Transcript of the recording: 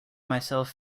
myself